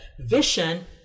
vision